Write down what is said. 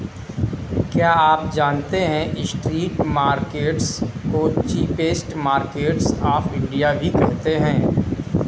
क्या आप जानते है स्ट्रीट मार्केट्स को चीपेस्ट मार्केट्स ऑफ इंडिया भी कहते है?